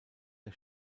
der